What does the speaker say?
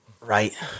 right